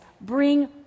bring